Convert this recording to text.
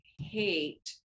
hate